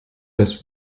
das